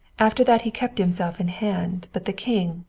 after that he kept himself in hand, but the king,